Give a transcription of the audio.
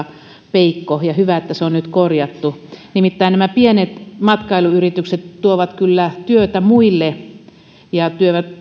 peikko ja hyvä että se on nyt korjattu nimittäin nämä pienet matkailuyritykset tuovat kyllä työtä muille ja